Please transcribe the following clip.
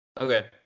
Okay